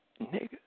nigga